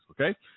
Okay